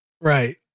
Right